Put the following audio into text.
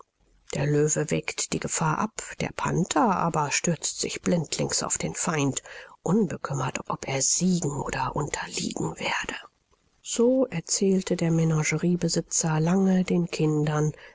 der löwe wägt die gefahr ab der panther aber stürzt sich blindlings auf den feind unbekümmert ob er siegen oder unterliegen werde so erzählte der menageriebesitzer lange den kindern